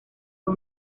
fue